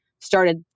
started